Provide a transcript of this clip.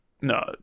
No